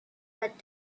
but